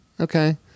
okay